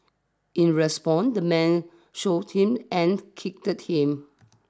in respond the man shoved him and kicked him